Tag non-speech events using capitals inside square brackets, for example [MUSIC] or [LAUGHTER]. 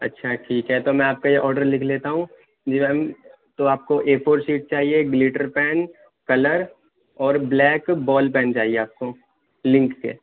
اچھا ٹھیک ہے تو میں آپ کا یہ آرڈر لکھ لیتا ہوں [UNINTELLIGIBLE] تو آپ کو اے فور شیٹ چاہیے ایک گلیٹر پین کلر اور بلیک بال پین چاہیے آپ کو لنک کے